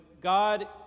God